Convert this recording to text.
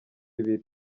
ibiri